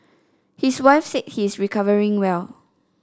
his wife said he is recovering well